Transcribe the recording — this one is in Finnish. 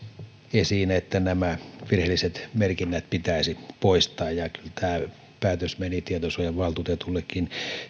esiin että nämä virheelliset merkinnät pitäisi poistaa ja kyllä tämä päätös meni tietosuojavaltuutetullekin